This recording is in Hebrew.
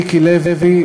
מיקי לוי,